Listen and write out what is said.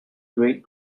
great